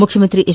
ಮುಖ್ಯಮಂತ್ರಿ ಎಚ್